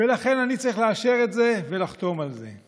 ולכן אני צריך לאשר את זה ולחתום על זה.